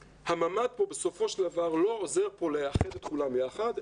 הממ"ד פה בסופו של דבר לא עוזר לאחד את כולם יחד,